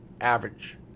average